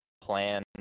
plan